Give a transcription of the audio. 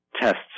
tests